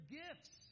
gifts